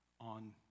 on